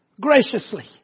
graciously